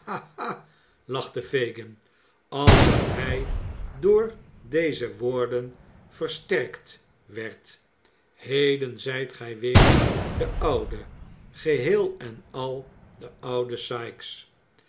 lachtte fagin alsof hij door deze woorden versterkt werd heden zijt gij weer de oude geheel en al de oude sikes